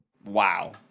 Wow